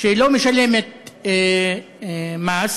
שלא משלמת מס,